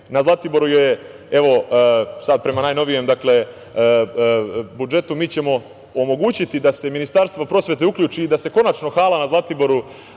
na Zlatiboru, prema najnovijem budžetu, mi ćemo omogućiti da se Ministarstvo prosvete uključi i da se konačno hala Osnovne